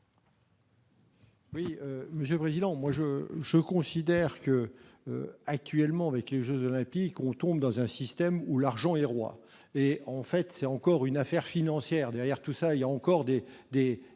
Oui Monsieur Président moi je, je considère que, actuellement, je olympique, on tombe dans un système où l'argent est roi et en fait, c'est encore une affaire financière derrière tout ça il y a encore des,